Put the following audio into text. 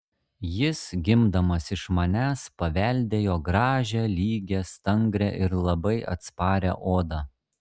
jis gimdamas iš manęs paveldėjo gražią lygią stangrią ir labai atsparią odą